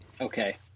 Okay